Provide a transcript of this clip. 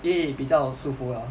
因为比较舒服 liao